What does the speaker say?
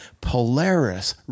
Polaris